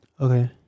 Okay